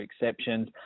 exceptions